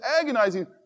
agonizing